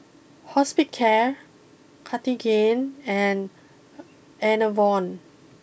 Hospicare Cartigain and Enervon